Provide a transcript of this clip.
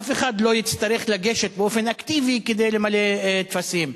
שאף אחד לא יצטרך לגשת באופן אקטיבי כדי למלא טפסים.